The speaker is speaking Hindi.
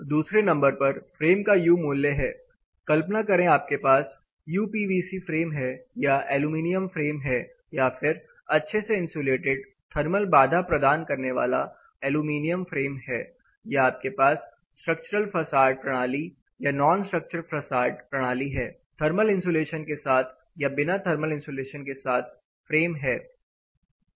दूसरे नंबर पर फ्रेम का यू मूल्य है कल्पना करें आपके पास यूपीवीसी फ्रेम है या एलुमिनियम फ्रेम है या फिर अच्छे से इंसुलेटेड थर्मल बाधा प्रदान करने वाला एलुमिनियम फ्रेम है या आपके पास स्ट्रक्चरल फसाड प्रणाली या नॉनस्ट्रक्चरल फसाड प्रणाली है थर्मल इंसुलेशन के साथ या बिना थर्मल इंसुलेशन के साथ फ्रेम है